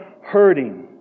hurting